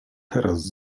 teraz